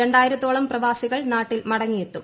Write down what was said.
രണ്ടായിരത്തോളം പ്രവാസിക്കൂൾ നാട്ടിൽ മടങ്ങിയെത്തും